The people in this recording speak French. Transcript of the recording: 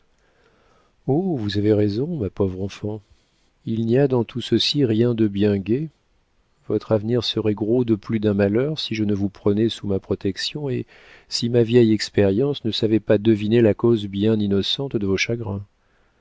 vous avez raison ma pauvre enfant il n'y a dans tout ceci rien de bien gai votre avenir serait gros de plus d'un malheur si je ne vous prenais sous ma protection et si ma vieille expérience ne savait pas deviner la cause bien innocente de vos chagrins